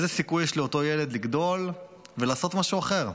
איזה סיכוי יש לאותו ילד לגדול ולעשות משהו אחר?